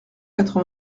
quatre